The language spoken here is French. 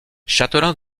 châtelain